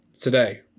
today